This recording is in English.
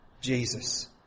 Jesus